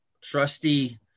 trusty